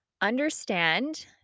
understand